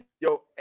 yo